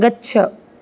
गच्छ